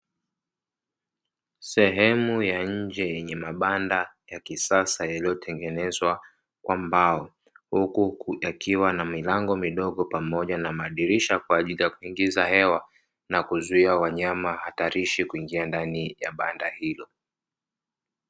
Sehemu ya nje yenye mabanda ya kisaksa yaliyotengenezwa kwa mbao, huku yakiwa na milango midogo pamoja na madirisha kwajili ya kuingiza hewa na kuzuia wanyama hatarishi kuingia ndani ya banda hilo.